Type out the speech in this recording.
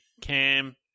Cam